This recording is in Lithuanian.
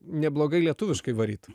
neblogai lietuviškai varyti